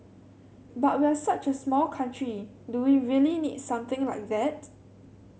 but we're such a small country do we really need something like that